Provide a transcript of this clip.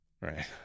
Right